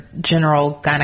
general